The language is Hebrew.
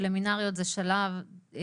שלימינריות זה שלב או